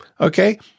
Okay